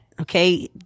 okay